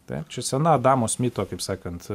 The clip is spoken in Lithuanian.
taip čia sena adamo smito kaip sakant